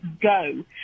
go